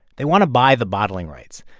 they want to buy the bottling rights,